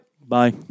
Bye